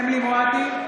נגד אמילי חיה מואטי,